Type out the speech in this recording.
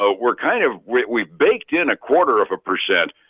so were kind of we baked in a quarter of a percent.